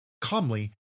calmly